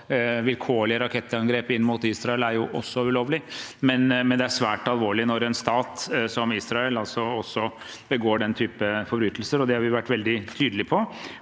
vilkårlige rakettangrep inn mot Israel er også ulovlig. Likevel er det svært alvorlig når en stat som Israel også begår den type forbrytelser, og det har vi vært veldig tydelige på.